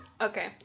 Okay